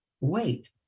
wait